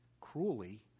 cruelly